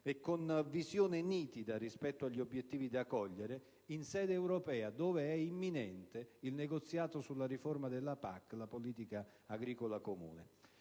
e con una visione nitida rispetto agli obiettivi da cogliere in sede europea, dove è imminente il negoziato sulla riforma della Politica agricola comune